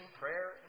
prayer